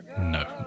no